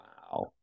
Wow